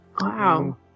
Wow